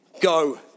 Go